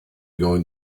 going